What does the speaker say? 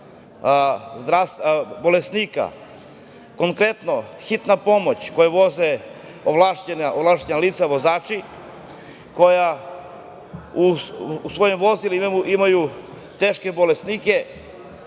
bolesnika. Konkretno, hitna pomoć koju voze ovlašćenja lica, vozači, koja u svojim vozilima imaju teške bolesnike,